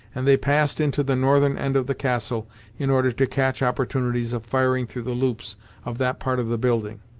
and they passed into the northern end of the castle in order to catch opportunities of firing through the loops of that part of the building.